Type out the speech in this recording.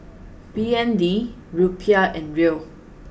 B N D Rupiah and Riel